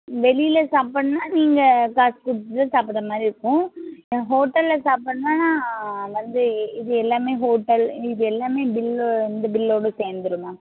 வெளியில் சாப்பிடணுன்னா நீங்கள் காசு கொடுத்துதான் சாப்பிடுற மாதிரி இருக்கும் ஹோட்டலில் சாப்பிடணுன்னா வந்து இது எல்லாமே ஹோட்டல் இது எல்லாமே பில்லு இந்த பில்லோடு சேர்ந்துரும் மேம்